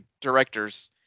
directors